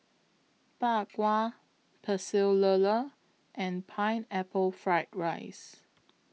Bak Kwa Pecel Lele and Pineapple Fried Rice